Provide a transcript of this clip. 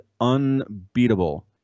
unbeatable